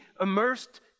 immersed